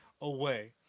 away